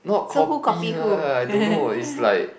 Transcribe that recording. so who copy who